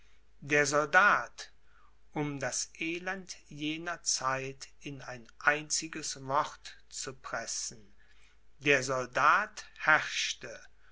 der soldat um das elend jener zeit in ein einziges wort zu pressen der soldat herrschte